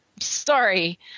sorry